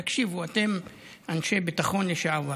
תקשיבו, אתם אנשי ביטחון לשעבר.